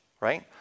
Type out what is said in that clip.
right